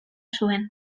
zuen